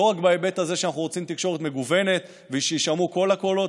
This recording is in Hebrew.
לא רק בהיבט הזה שאנחנו רוצים תקשורת מגוונת ושיישמעו כל הקולות,